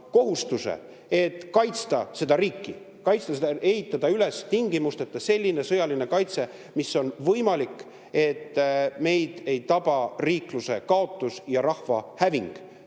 kaitsta seda riiki, kaitsta, ehitada üles tingimusteta sõjaline kaitse, mis [vähegi] võimalik, et meid ei tabaks riikluse kaotus ja rahva häving.